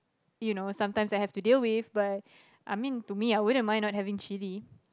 you know sometimes I have to deal with but I mean to me I wouldn't mind not having chilli